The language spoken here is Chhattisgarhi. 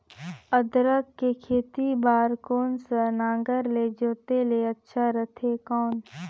अदरक के खेती बार कोन सा नागर ले जोते ले अच्छा रथे कौन?